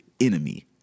enemy